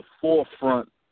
forefront